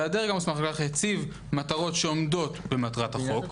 והוא הציב מטרות שעומדות במטרת החוק,